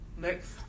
Next